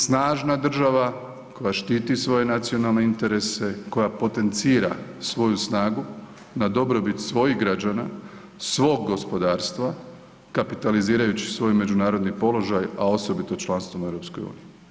Snažna država koja štiti svoje nacionalne interese, koja potencira svoju snagu na dobrobit svojih građana, svog gospodarstva, kapitalizirajući svoj međunarodni položaj, a osobito članstvom u EU.